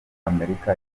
amerika